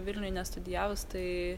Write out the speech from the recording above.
vilniuj nestudijavus tai